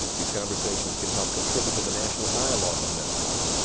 these conversations can help contribute to the national dialogue on mental health.